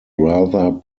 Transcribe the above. rather